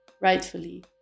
rightfully